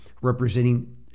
representing